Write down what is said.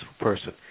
person